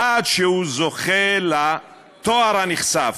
עד שהוא זוכה לתואר הנכסף,